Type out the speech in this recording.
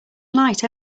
light